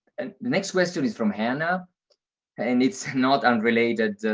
and next question is from hannah and it's not unrelated,